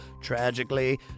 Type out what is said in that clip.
Tragically